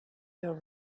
your